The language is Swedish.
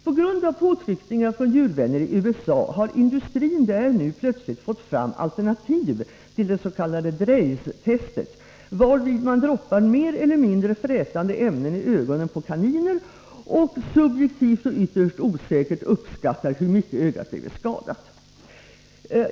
På grund av påtryckningar från djurvänner i USA har industrin nu plötsligt fått fram alternativ till det s.k. Draize-testet, varvid man droppar mer eller mindre frätande ämnen i ögonen på kaniner och sedan subjektivt och ytterst osäkert uppskattar hur mycket ögat blivit skadat.